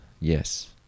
Yes